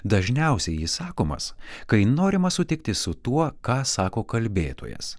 dažniausiai jis sakomas kai norima sutikti su tuo ką sako kalbėtojas